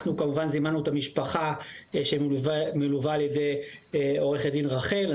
אנחנו כמובן זימנו את המשפחה שמלווה על ידי עורכת דין רחל,